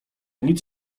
nic